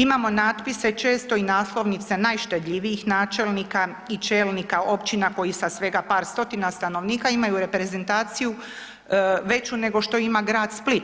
Imamo natpise često i naslovnice najštedljivijih načelnika i čelnika općina koji sa svega par stotina stanovnika imaju reprezentaciju veću nego što ima grad Split,